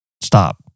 stop